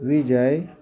विजय